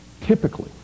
typically